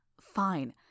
fine